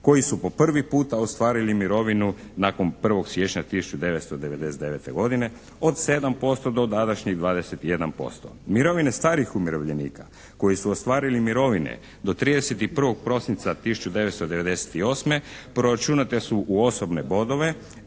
koji su po prvi puta ostvarili mirovinu nakon 1. siječnja 1999. godine od 7% do današnjih 21%. Mirovine starih umirovljenika koji su ostvarili mirovine do 31. prosinca 1998. proračunate su u osobne bodove